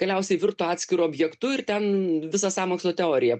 galiausiai virto atskiru objektu ir ten visa sąmokslo teorija